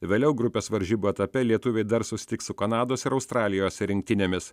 vėliau grupės varžybų etape lietuviai dar susitiks su kanados ir australijos rinktinėmis